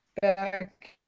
back